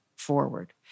forward